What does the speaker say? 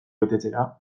betetzera